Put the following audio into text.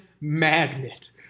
magnet